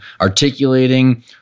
articulating